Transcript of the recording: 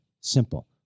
simple